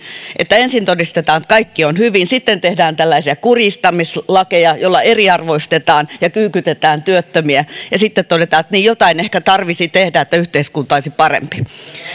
että ensin todistetaan että kaikki on hyvin sitten tehdään tällaisia kurjistamislakeja joilla eriarvoistetaan ja kyykytetään työttömiä ja sitten todetaan että niin jotain ehkä tarvisi tehdä että yhteiskunta olisi parempi